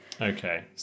Okay